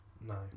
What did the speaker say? No